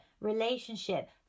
relationship